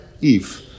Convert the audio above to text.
Eve